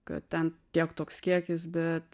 kad ten tiek toks kiekis bet